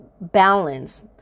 balance